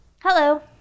Hello